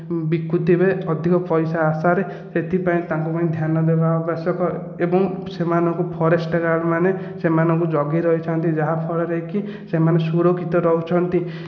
ବିକୁଥିବେ ଅଧିକ ପଇସା ଆଶାରେ ସେଥିପାଇଁ ତାଙ୍କୁ ଧ୍ୟାନ ଦେବା ଆବଶ୍ୟକ ଏବଂ ସେମାନଙ୍କୁ ଫରେଷ୍ଟଗାର୍ଡ଼ ମାନେ ସେମାନଙ୍କୁ ଜଗି ରହିଛନ୍ତି ଯାହାଫଳରେ କି ସେମାନେ ସୁରକ୍ଷିତ ରହୁଛନ୍ତି